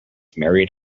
married